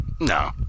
no